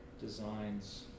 designs